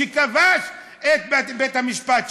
שכבש את בית-המשפט,